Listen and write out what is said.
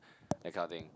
that kind of thing